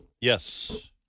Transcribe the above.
Yes